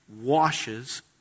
washes